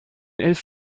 elf